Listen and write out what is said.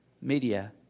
Media